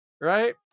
Right